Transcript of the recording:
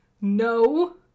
No